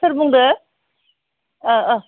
सोर बुंदो